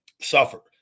suffer